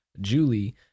Julie